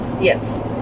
Yes